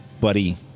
buddy